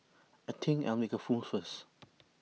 I think I'll make A first